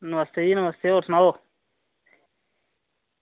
नमस्ते जी नमस्ते होर सनाओ